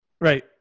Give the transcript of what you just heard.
Right